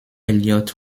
elliot